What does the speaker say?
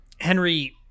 Henry